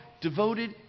devoted